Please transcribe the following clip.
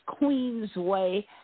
Queensway